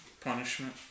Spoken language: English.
punishment